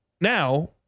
Now